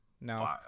No